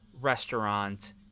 restaurant